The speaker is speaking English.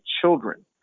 children